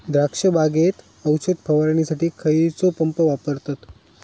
द्राक्ष बागेत औषध फवारणीसाठी खैयचो पंप वापरतत?